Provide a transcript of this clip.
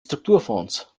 strukturfonds